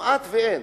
כמעט שאין.